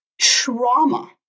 Trauma